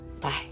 Bye